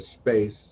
space